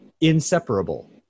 inseparable